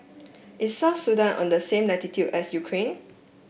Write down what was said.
is South Sudan on the same latitude as Ukraine